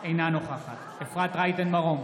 אינה נוכחת אפרת רייטן מרום,